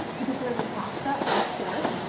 you can serve it with pasta of course,